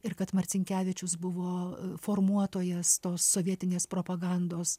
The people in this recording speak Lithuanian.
ir kad marcinkevičius buvo formuotojas tos sovietinės propagandos